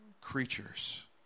creatures